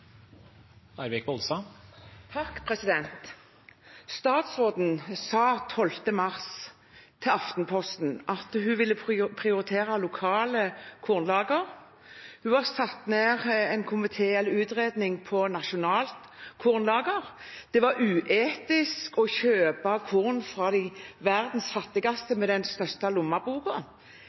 Statsråden sa 12. mars til Aftenposten at hun ville prioritere lokale kornlagre, hun hadde satt i gang en utredning om nasjonalt kornlager, og det var uetisk at en med den største lommeboken kjøpte korn fra verdens fattigste.